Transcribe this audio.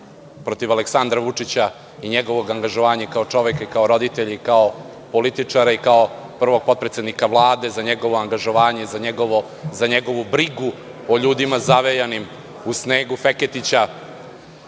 protiv Aleksandra Vučića i njegovog angažovanja kao čoveka, roditelja i kao političara, kao prvog potpredsednika Vlade za njegovo angažovanje i za njegovu brigu o ljudima zavejanim u snegu Feketića